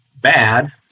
bad